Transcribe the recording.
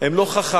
הם לא חכם,